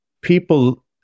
people